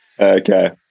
Okay